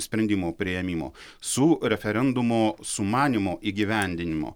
sprendimo priėmimo su referendumo sumanymo įgyvendinimo